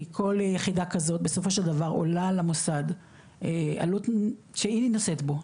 כי כל יחידה כזאת בסופו של דבר עולה למוסד עלות שהיא נושאת בו,